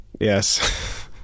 Yes